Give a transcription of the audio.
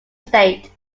state